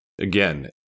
Again